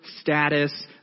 status